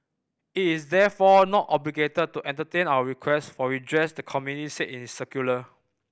it is therefore not obligated to entertain our requests for redress the committee said in its circular